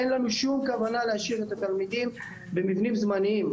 אין לנו שום כוונה להשאיר את התלמידים במבנים זמניים.